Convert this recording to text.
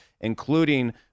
including